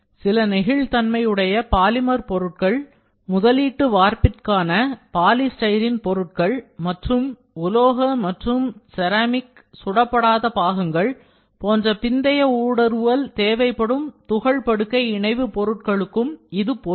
சில நெகிழ் தன்மை உடைய பாலிமர் பொருட்கள் முதலீட்டு வார்ப்பிற்கான பாலிஸ்டிரீன் பொருட்கள் மற்றும் உலோக மற்றும் செராமிக் சுடப்படாத பாகங்கள் போன்ற பிந்தைய ஊடுருவல் தேவைப்படும் தூள் படுக்கை இணைவு பொருட்களுக்கும் இது பொருந்தும்